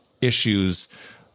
issues